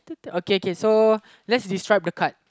uh okay okay so let's describe the card